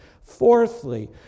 Fourthly